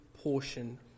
portion